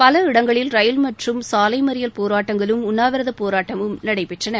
பல இடங்களில் ரயில் மற்றும் சாலை மறியல் போராட்டங்களும் உண்ணாவிரதப் போராட்டமும் நடைபெற்றன